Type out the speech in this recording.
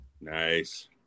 Nice